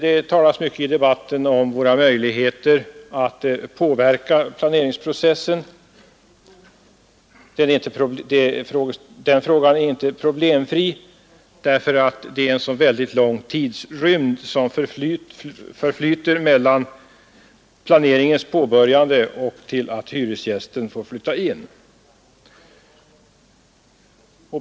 Det talas i debatten mycket om våra möjligheter att påverka planeringsprocessen. Den frågan är inte problemfri eftersom så lång tid förflyter från planeringens påbörjande till dess att hyresgästen får flytta in.